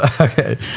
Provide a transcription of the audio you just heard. Okay